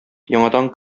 яңадан